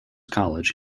college